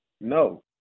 No